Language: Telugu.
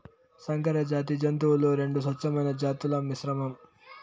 సంకరజాతి జంతువులు రెండు స్వచ్ఛమైన జాతుల మిశ్రమం